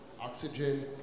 Oxygen